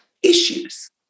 issues